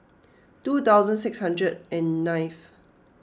two thousand six hundred and ninth